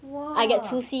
!wah!